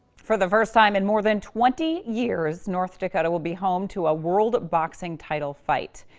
for the first time in more than twenty years, north dakota will be home to a world boxing title fight.